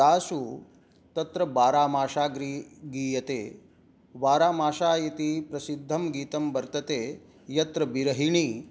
तासु तत्र बारामाशा ग्री गीयते वारामाशा इति प्रसिद्धं गीतं वर्तते यत्र विरहिणी